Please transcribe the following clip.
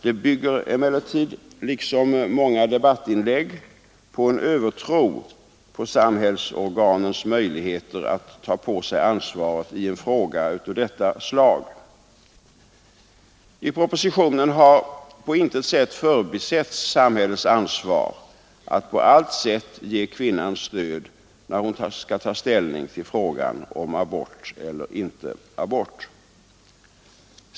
Det bygger emellertid på en i många andra debattinlägg återkommande övertro på samhällsorganens möjligheter att ta på sig ansvaret i en fråga av detta slag. I propositionen har på intet sätt förbisetts samhällets ansvar att på allt sätt ge kvinnan stöd när hon skall ta ställning till frågan om abort eller inte abort.